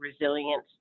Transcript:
resilience